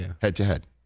head-to-head